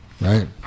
Right